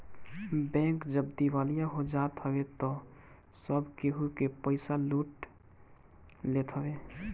bank जब दिवालिया हो जात हवे तअ सब केहू के पईसा लूट लेत हवे